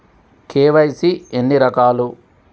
KYC ఎన్ని రకాలు?